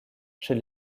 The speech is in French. chez